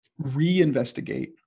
reinvestigate